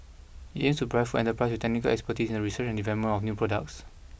it aims to provide food enterprises with technical expertise in research and development of new products